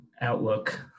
Outlook